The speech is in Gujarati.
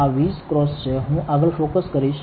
આ 20 x છે હું આગળ ફોકસ કરીશ